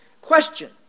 question